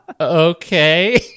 okay